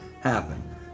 happen